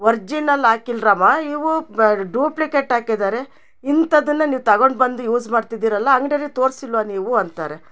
original ಆಕಿಲ್ರಮ್ಮ ಇವು duplicate ಹಾಕಿದಾರೆ ಇಂಥದನ್ನ ನೀವು ತಗೊಂಡು ಬಂದು ಯೂಸ್ ಮಾಡ್ತಿದ್ದೀರಲ್ಲ ಅಂಗ್ಡ್ಯವರಿಗೆ ತೋರ್ಸಲ್ಲವಾ ನೀವು ಅಂತಾರೆ